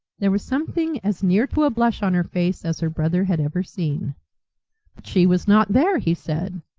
there was something as near to a blush on her face as her brother had ever seen. but she was not there! he said.